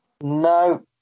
no